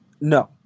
No